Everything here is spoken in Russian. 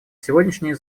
сегодняшнее